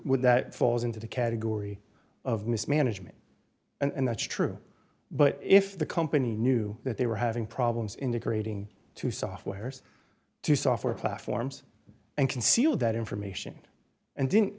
would that falls into the category of mismanagement and that's true but if the company knew that they were having problems integrating two softwares to software platforms and concealed that information and didn't